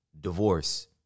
Divorce